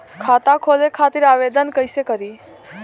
खाता खोले खातिर आवेदन कइसे करी?